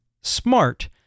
SMART